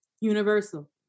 Universal